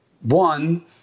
one